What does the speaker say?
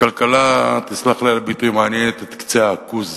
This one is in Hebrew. הכלכלה, תסלח לי על הביטוי, מעניינת את קצה העכוז,